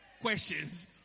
questions